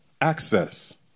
Access